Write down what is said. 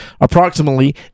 approximately